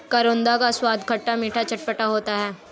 करौंदा का स्वाद खट्टा मीठा चटपटा होता है